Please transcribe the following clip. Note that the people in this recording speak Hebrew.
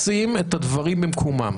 לשים את הדברים במקומם.